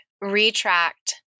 retract